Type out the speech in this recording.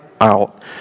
out